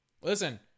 Listen